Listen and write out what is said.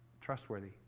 trustworthy